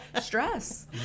Stress